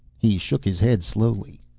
he shook his head slowly.